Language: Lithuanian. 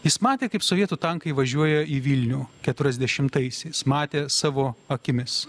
jis matė kaip sovietų tankai važiuoja į vilnių keturiasdešimtaisiais matė savo akimis